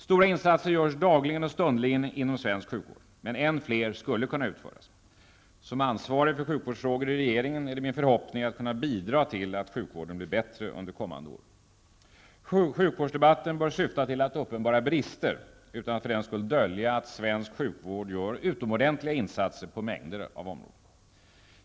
Stora insatser görs dagligen och stundligen inom svensk sjukvård, men mer skulle kunna göras. Som ansvarig för sjukvårdsfrågor inom regeringen är min förhoppning att kunna bidra till att sjukvården blir bättre under kommande år. Sjukvårdsdebatten bör syfta till att uppenbara brister utan att för den skull dölja att man inom svensk sjukvård gör utomordentliga insatser på mängder av områden.